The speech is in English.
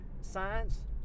science